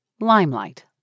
limelight